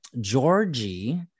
Georgie